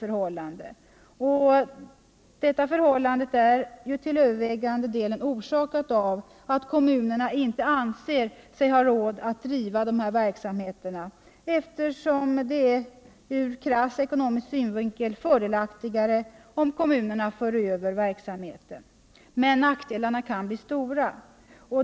Främst orsakas det här av att kommunerna inte anser sig ha råd att driva dessa verksamheter, eftersom det ur krass ekonomisk synvinkel är fördelaktigare om kommunerna för över verksamheten. Men nackdelarna kan bli stora.